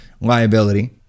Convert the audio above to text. liability